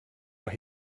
but